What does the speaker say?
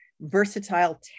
versatile